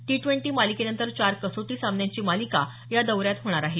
T twenty मालिकेनंतर चार कसोटी सामन्यांची मालिका या दौऱ्यात होणार आहे